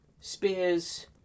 spears